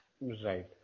Right